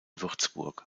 würzburg